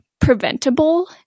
preventable